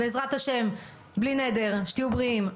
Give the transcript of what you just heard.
בעזרת השם, בלי נדר, שתהיו בריאים.